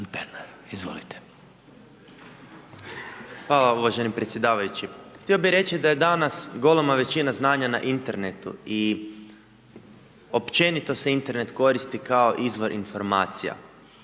Hvala uvaženi predsjedavajući. Htio bih reći da je danas golema većina znanja na internetu i općenito se Internet koristi kao izvor informacija.